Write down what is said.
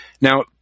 Now